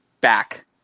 back